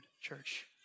church